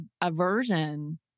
aversion